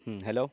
ہوں ہیلو